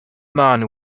man